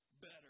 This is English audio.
better